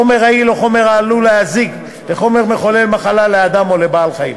חומר רעיל או חומר שעלול להזיק וחומר מחולל מחלה לאדם או לבעל-חיים.